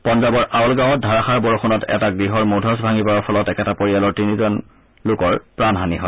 পাঞ্জাৱৰ আউল গাঁৱত ধাৰাসাৰ বৰষুণত এটা গৃহৰ মূধচ ভাঙি পৰাৰ ফলত একেটা পৰিয়ালৰ তিনিজন সদস্যৰ প্ৰাণহানি হয়